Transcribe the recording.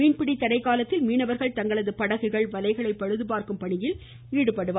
மீன்படி தடை காலத்தில் மீனவர்கள் தங்களது படகுகள் வலைகளை பழுது பார்க்கும் பணியில் ஈடுபடுவர்